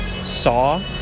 Saw